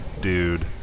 dude